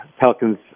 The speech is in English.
Pelicans